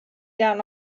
down